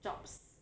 jobs